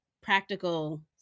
practical